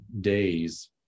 days